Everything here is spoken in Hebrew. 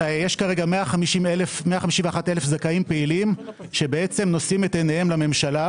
יש כרגע 151,000 זכאים פעילים שבעצם נושאים את עיניהם לממשלה,